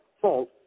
fault